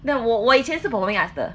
的我我以前是 performing arts 的